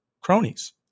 cronies